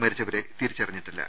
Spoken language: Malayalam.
മരിച്ചവരെ തിരിച്ചറിഞ്ഞിട്ടില്ല